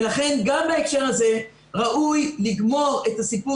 לכן גם בהקשר הזה ראוי לגמור את הסיפור